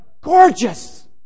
gorgeous